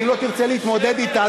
ואם לא תרצה להתמודד אתה,